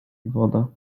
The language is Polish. woda